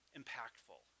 impactful